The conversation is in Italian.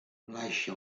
lascia